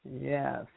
Yes